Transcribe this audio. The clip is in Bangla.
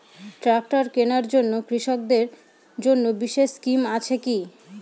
ট্রাক্টর কেনার জন্য কৃষকদের জন্য বিশেষ স্কিম আছে কি?